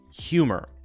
humor